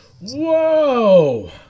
Whoa